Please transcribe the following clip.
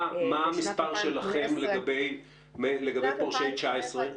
מה המספר שלכם לגבי פורשי 19'?